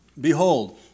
Behold